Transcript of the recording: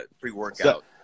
pre-workout